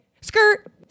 Skirt